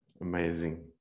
amazing